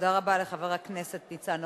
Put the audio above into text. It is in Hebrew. תודה רבה לחבר הכנסת ניצן הורוביץ.